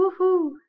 Woohoo